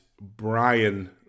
Brian